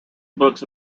books